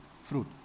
fruit